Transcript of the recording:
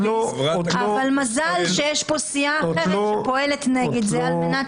אבל מזל שיש פה סיעה אחרת שפועלת נגד זה על מנת